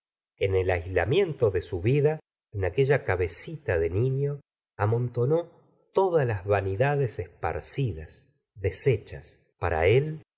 en el aislamiento de su vida en aquella cabecita de niño amontonó todas las vanidades esparcidas deshechas para él